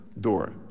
door